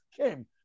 came